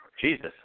Jesus